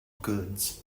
goods